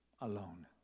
alone